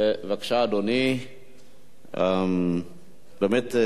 הצעות לסדר-היום מס'